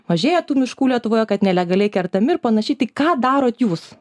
mažėja tų miškų lietuvoje kad nelegaliai kertami ir panašiai tai ką darot jūs